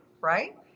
right